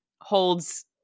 holds